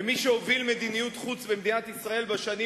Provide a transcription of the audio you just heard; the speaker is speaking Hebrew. ומי שהוביל מדיניות חוץ במדינת ישראל בשנים